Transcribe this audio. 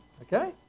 okay